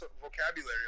vocabulary